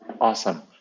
Awesome